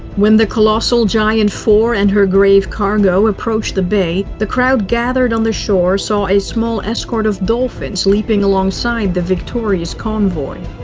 when the colossal giant iv and her grave cargo approached the bay, the crowd gathered on the shore saw a small escort of dolphins leaping alongside the victorious convoy.